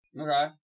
Okay